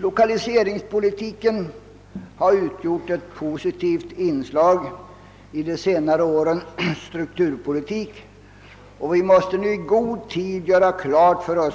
Lokaliseringspolitiken har utgjort ett positivt inslag i de senare årens strukturpolitik. Vi måste nu i god tid klarlägga